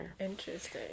Interesting